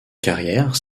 carrière